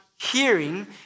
hearing